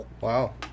Wow